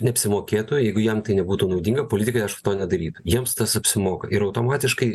neapsimokėtų jeigu jiem tai nebūtų naudinga politikai aišku to nedarytų jiems tas apsimoka ir automatiškai